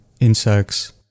insects